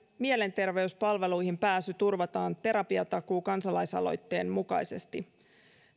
mielenterveyspalveluihin pääsy turvataan terapiatakuu kansalaisaloitteen mukaisesti